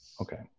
Okay